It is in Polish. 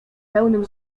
pełnym